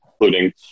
including